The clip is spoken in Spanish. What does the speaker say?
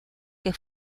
que